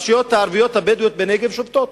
הרשויות הערביות הבדואיות בנגב שובתות,